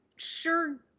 Sure